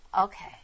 Okay